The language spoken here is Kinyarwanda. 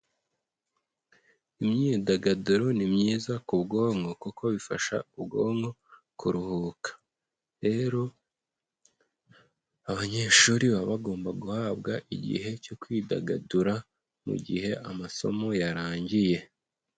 Imyidagaduro ni myiza ku bwonko kuko bifasha ubwonko kuruhuka, rero abanyeshuri baba bagomba guhabwa igihe cyo kwidagadura mu gihe amasomo yarangiye.